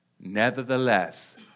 Nevertheless